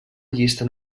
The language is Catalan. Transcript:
llista